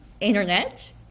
internet